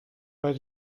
bei